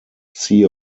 see